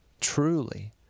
truly—